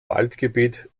waldgebiet